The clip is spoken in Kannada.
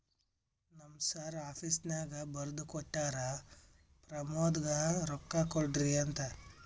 ನಮ್ ಸರ್ ಆಫೀಸ್ನಾಗ್ ಬರ್ದು ಕೊಟ್ಟಾರ, ಪ್ರಮೋದ್ಗ ರೊಕ್ಕಾ ಕೊಡ್ರಿ ಅಂತ್